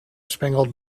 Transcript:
spangled